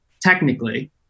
Technically